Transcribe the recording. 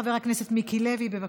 חבר הכנסת מיקי לוי, בבקשה.